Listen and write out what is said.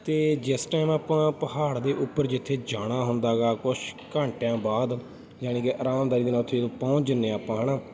ਅਤੇ ਜਿਸ ਟਾਈਮ ਆਪਾਂ ਪਹਾੜ ਦੇ ਉੱਪਰ ਜਿੱਥੇ ਜਾਣਾ ਹੁੰਦਾ ਗਾ ਕੁਛ ਘੰਟਿਆਂ ਬਾਅਦ ਯਾਨੀ ਕਿ ਆਰਾਮਦਾਰੀ ਦੇ ਨਾਲ ਉੱਥੇ ਜਦੋਂ ਪਹੁੰਚ ਜਾਂਦੇ ਹਾਂ ਆਪਾਂ ਹੈ ਨਾ